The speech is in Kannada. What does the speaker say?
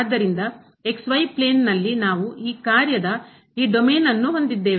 ಆದ್ದರಿಂದ ಪ್ಲೇನ್ ನಲ್ಲಿ ನಾವು ಈ ಕಾರ್ಯದ ಈ ಡೊಮೇನ್ ಅನ್ನು ಹೊಂದಿದ್ದೇವೆ